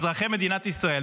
אזרחי מדינת ישראל,